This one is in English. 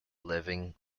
living